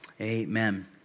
Amen